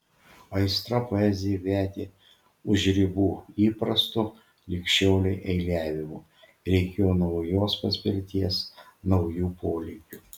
aistra poezijai vedė už ribų įprasto lig šiolei eiliavimo reikėjo naujos paspirties naujų polėkių